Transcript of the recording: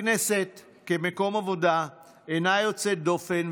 הכנסת כמקום עבודה אינה יוצאת דופן,